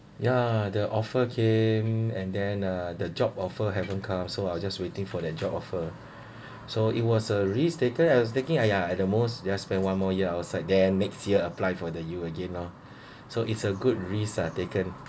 ya the offer came and then uh the job offer haven't come so I was just waiting for the job offer so it was a risk taker I was thinking !aiya! at the most just spend one more year outside then next year apply for the U again lor so it's a good risk taken